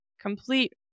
complete